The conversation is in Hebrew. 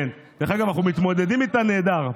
כן, דרך אגב, אנחנו מתמודדים איתה נהדר.